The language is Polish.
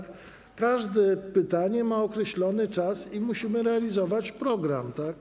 Każde pytanie ma określony czas i musimy realizować program, tak?